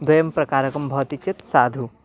द्वयं प्रकारकं भवति चेत् साधुः